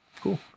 Cool